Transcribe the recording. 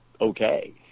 okay